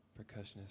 percussionist